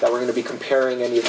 that we're going to be comparing